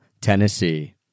Tennessee